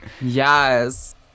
Yes